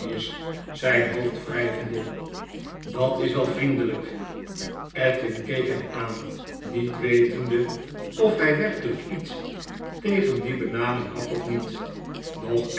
zyn hoofd wryvende dat is wel vriendelyk edwin keek hem aan niet wetende of by werkelyk iets tegen die benaming had of niet